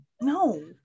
no